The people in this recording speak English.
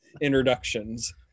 introductions